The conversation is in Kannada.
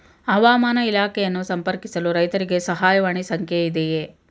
ಹವಾಮಾನ ಇಲಾಖೆಯನ್ನು ಸಂಪರ್ಕಿಸಲು ರೈತರಿಗೆ ಸಹಾಯವಾಣಿ ಸಂಖ್ಯೆ ಇದೆಯೇ?